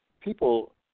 people